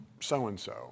so-and-so